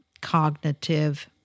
cognitive